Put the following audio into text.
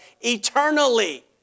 eternally